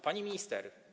Pani Minister!